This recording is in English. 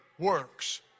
works